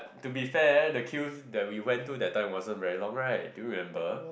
to be fair the queue that we went to that time wasn't very long right do you remember